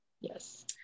yes